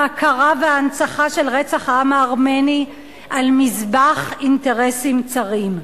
ההכרה וההנצחה של רצח העם הארמני על מזבח אינטרסים צרים.